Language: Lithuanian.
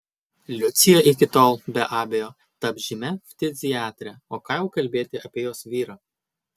liucija iki tol be abejo taps žymia ftiziatre o ką jau kalbėti apie jos vyrą